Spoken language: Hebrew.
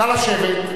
נא לשבת.